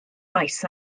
maes